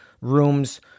rooms